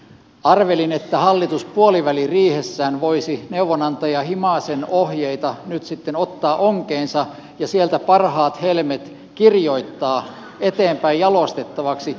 arvelin että hallitus puoliväliriihessään voisi neuvonantaja himasen ohjeita nyt sitten ottaa onkeensa ja sieltä parhaat helmet kirjoittaa eteenpäin jalostettavaksi